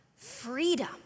Freedom